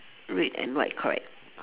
red and white correct